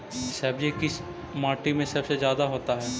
सब्जी किस माटी में सबसे ज्यादा होता है?